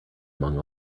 among